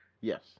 Yes